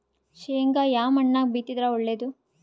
ಶೇಂಗಾ ಯಾ ಮಣ್ಣಾಗ ಬಿತ್ತಿದರ ಒಳ್ಳೇದು?